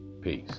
Peace